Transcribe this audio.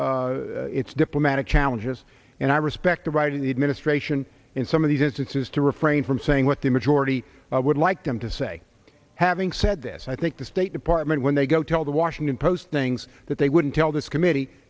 have its diplomatic challenges and i respect the right of the administration in some of these instances to refrain from saying what the majority would like them to say having said this i think the state department when they go tell the washington post things that they wouldn't tell this committee